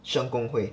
圣公会